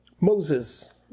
Moses